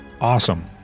Awesome